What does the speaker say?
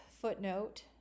footnote